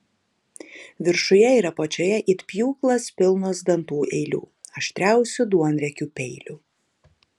viršuje ir apačioje it pjūklas pilnos dantų eilių aštriausių duonriekių peilių